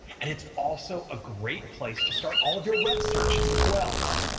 and it's also a great place to start all of your web searches as well.